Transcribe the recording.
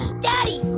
daddy